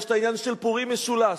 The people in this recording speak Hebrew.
יש העניין של פורים משולש,